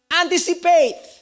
anticipate